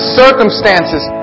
circumstances